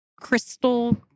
crystal